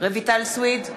רויטל סויד,